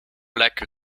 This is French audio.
lac